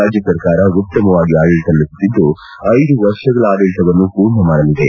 ರಾಜ್ಯ ಸರ್ಕಾರ ಉತ್ತಮವಾಗಿ ಆಡಳಿತ ನಡೆಸುತ್ತಿದ್ದು ಐದು ವರ್ಷಗಳ ಆಡಳಿತವನ್ನು ಪೂರ್ಣ ಮಾಡಲಿದೆ